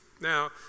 Now